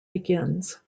begins